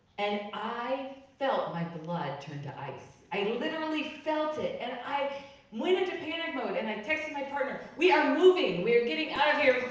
and i felt like my blood turn to ice. i literally felt it! and i went into panic mode and i texted my partner, we are moving! we are getting out of here!